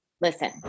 listen